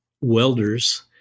welders